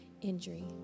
injury